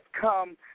come